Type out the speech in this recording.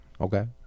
Okay